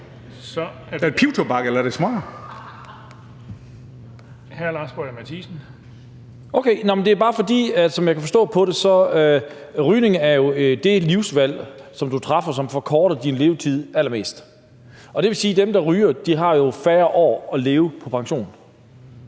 Boje Mathiesen (NB): Okay, det er bare, fordi rygning – som jeg kan forstå på det – jo er det livsvalg, du træffer, som forkorter din levetid allermest. Det vil sige, at dem, der ryger, har færre år at leve i på pension.